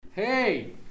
Hey